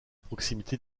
proximité